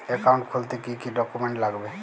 Account খুলতে কি কি ডকুমেন্ট লাগবে?